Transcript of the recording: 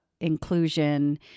inclusion